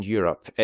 Europe